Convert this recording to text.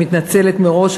אני מתנצלת מראש.